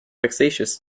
vexatious